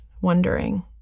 wondering